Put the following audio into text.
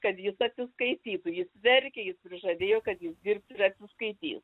kad jis atsiskaitytų ji verkė jis prižadėjo kad jis dirbs ir atsiskaitys